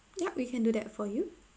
yup we can do that for you